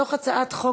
מתוך הצעת חוק